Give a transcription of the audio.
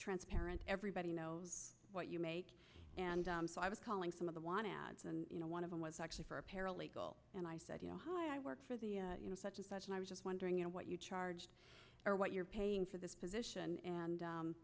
transparent everybody knows what you and i was calling some of the want ads and you know one of them was actually for a paralegal and i said you know i work for the you know such and such and i was just wondering you know what you charged or what you're paying for this position and